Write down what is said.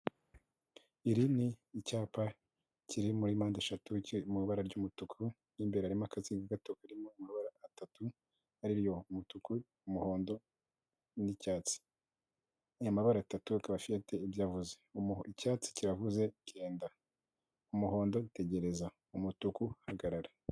Iri ni icyapa kiri muri mpande eshatu mu ibara ry'umutuku, mo imbere harimo akaziga gato karimo amabara atatu ariyo umutuku, umuhondo, n'icyatsi, amabara atatu akaba afite ibyo avuze icyatsi kiravuze genda, umuhondo tegereza, umutuku hagarara.